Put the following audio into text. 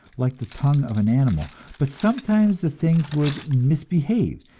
like the tongue of an animal but sometimes the things would misbehave,